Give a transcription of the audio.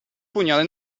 pugnale